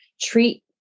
treat